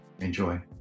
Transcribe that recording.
enjoy